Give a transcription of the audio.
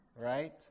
right